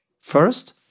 First